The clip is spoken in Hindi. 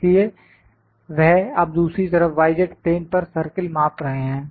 इसलिए वह अब दूसरी तरफ y z प्लेन पर सर्किल माप रहे हैं